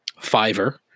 Fiverr